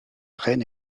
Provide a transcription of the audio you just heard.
reine